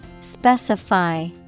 Specify